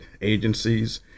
agencies